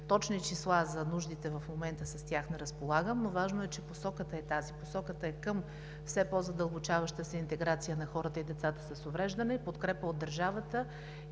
точни числа за нуждите в момента не разполагам, но важно е, че посоката е тази – посоката е към все по-задълбочаваща се интеграция на хората и децата с увреждане, подкрепа от държавата.